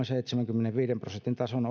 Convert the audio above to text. seitsemänkymmenenviiden prosentin tason